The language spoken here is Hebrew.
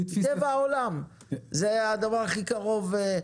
זה טבע העולם, זה הדבר הכי קרוב.